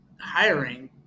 hiring